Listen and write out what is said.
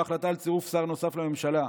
בהחלטה על צירוף שר נוסף לממשלה,